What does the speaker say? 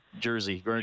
jersey